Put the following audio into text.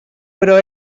però